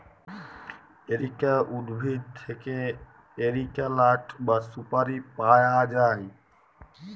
areca উদ্ভিদ থেক্যে areca লাট বা সুপারি পায়া যায়